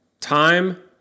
time